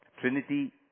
Trinity